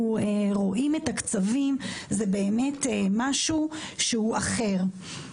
רואים את הקצבים זה באמת משהו שהוא אחר.